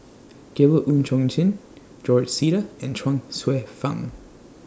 Gabriel Oon Chong Jin George Sita and Chuang Hsueh Fang